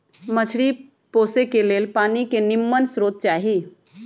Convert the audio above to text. मछरी पोशे के लेल पानी के निम्मन स्रोत चाही